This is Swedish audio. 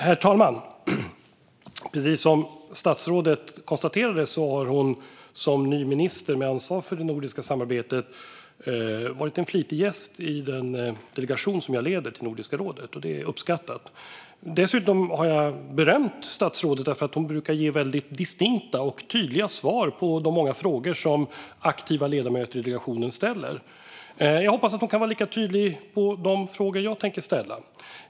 Herr talman! Precis som statsrådet konstaterade har hon som ny minister med ansvar för det nordiska samarbetet varit en flitig gäst i den delegation till Nordiska rådet som jag leder. Det är uppskattat. Dessutom har jag berömt statsrådet, för hon brukar ge väldigt distinkta och tydliga svar på de många frågor som aktiva ledamöter i delegationen ställer. Jag hoppas att hon kan vara lika tydlig i svaren på de frågor jag tänker ställa.